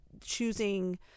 choosing